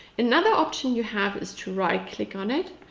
another option you have, is to right click on it,